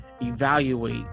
evaluate